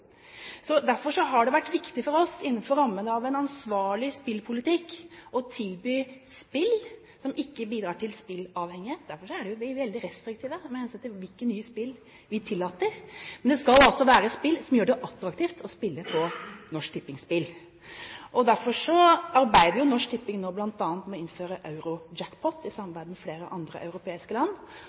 har det vært viktig for oss innenfor rammen av en ansvarlig spillpolitikk å tilby spill som ikke bidrar til spilleavhengighet. Derfor er vi jo veldig restriktive med hensyn til hvilke nye spill vi tillater, men det skal altså være et spill som gjør det attraktivt å spille på Norsk Tippings spill. Derfor arbeider jo Norsk Tipping nå bl.a. med å innføre Euro Jackpot i samarbeid med flere andre europeiske land,